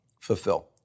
fulfill